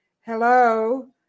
hello